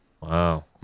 Wow